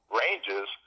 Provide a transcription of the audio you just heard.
ranges